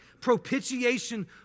propitiation